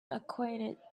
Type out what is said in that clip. acquainted